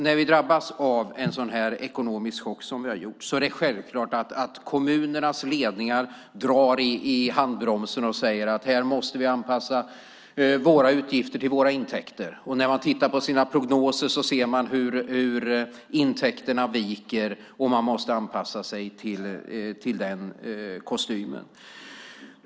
När vi drabbas av en sådan ekonomisk chock som vi har gjort är det självklart att kommunernas ledningar drar i handbromsen och säger att de måste anpassa utgifterna efter intäkterna. När de tittar på sina prognoser ser de hur intäkterna viker, och de måste anpassa sig till denna kostym.